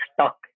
stuck